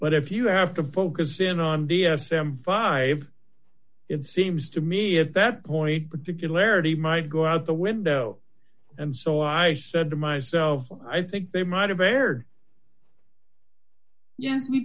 but if you have to focus in on d s m five it seems to me at that point particularities might go out the window and so i said to myself i think they might have erred yes we